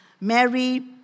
Mary